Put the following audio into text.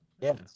yes